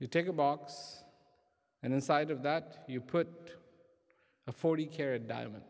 you take a box and inside of that you put a forty carried diamond